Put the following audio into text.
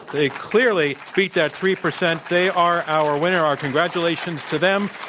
they clearly beat that three percent. they are our winner. our congratulations to them.